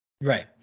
Right